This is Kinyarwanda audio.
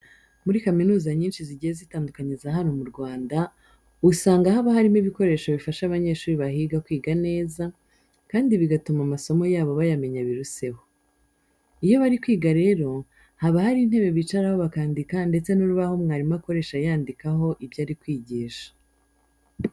Muri kaminuza nyinshi zigiye zitandukanye za hano mu Rwanda, usanga haba harimo ibikoresho bifasha abanyeshuri bahiga kwiga neza, kandi bigatuma amasomo yabo bayamenya biruseho. Iyo bari kwiga rero, haba hari intebe bicaraho bakandika ndetse n'urubaho mwarimu akoresha yandikaho ibyo ari kwigisha.